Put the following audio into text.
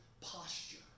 posture